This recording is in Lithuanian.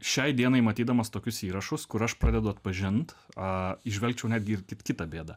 šiai dienai matydamas tokius įrašus kur aš pradedu atpažinti įžvelgčiau netgi ir kaip kita bėdą